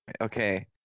Okay